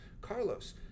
Carlos